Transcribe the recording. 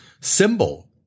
Symbol